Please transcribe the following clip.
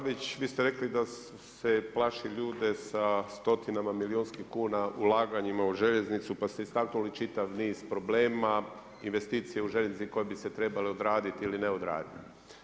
Kolega Babić, vi ste rekli da se plaši ljude sa stotinama milijunskim kuna ulaganja u željeznicu, pa ste istaknuli čitav niz problema, investicija u željeznici koja bi se trebala odraditi ili ne odraditi.